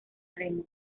remo